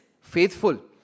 faithful